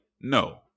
No